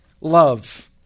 love